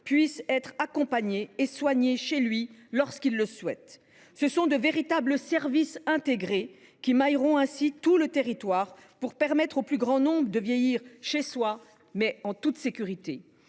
puisse être accompagné et soigné chez lui lorsqu’il le souhaite. Ce sont de véritables services intégrés qui mailleront ainsi tout le territoire, pour permettre au plus grand nombre de vieillir chez soi, en toute sécurité.